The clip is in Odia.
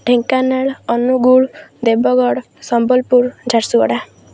ଢେଙ୍କାନାଳ ଅନୁଗୋଳ ଦେବଗଡ଼ ସମ୍ବଲପୁର ଝାରସୁଗୁଡ଼ା